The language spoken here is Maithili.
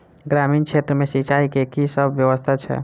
ग्रामीण क्षेत्र मे सिंचाई केँ की सब व्यवस्था छै?